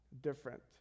different